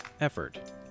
effort